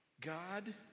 God